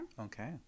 Okay